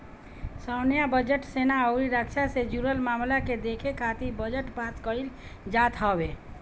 सैन्य बजट, सेना अउरी रक्षा से जुड़ल मामला के देखे खातिर बजट पास कईल जात हवे